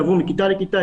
יעברו מכיתה לכיתה,